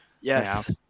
Yes